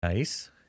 Nice